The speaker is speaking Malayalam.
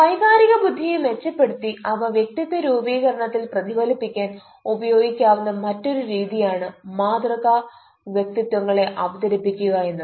വൈകാരിക ബുദ്ധിയെ മെച്ചപ്പെടുത്തി അവ വ്യക്തിത്വ രൂപീകരണത്തിൽ പ്രതിലഭിപ്പിക്കാൻ ഉപയോഗിക്കാവുന്ന മറ്റൊരു രീതി ആണ് മാതൃക വ്യതിത്വങ്ങളെ അവതരിപ്പിക്കുക എന്നത്